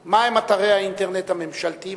לישנא: מהם אתרי האינטרנט הממשלתיים